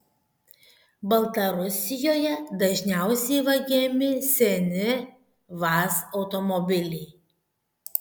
baltarusijoje dažniausiai vagiami seni vaz automobiliai